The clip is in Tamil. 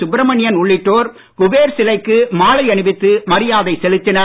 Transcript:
சுப்ரமணியன் உள்ளிட்டோர் குபேர் சிலைக்கு மாலை அணிவித்து மரியாதை செலுத்தினர்